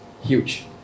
huge